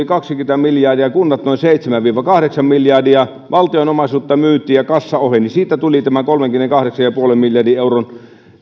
kaksikymmentä miljardia kunnat noin seitsemän viiva kahdeksan miljardia valtion omaisuutta myytiin ja kassa oheni siitä tuli tämä kolmenkymmenenkahdeksan pilkku viiden miljardin euron